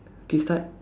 K start